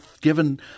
given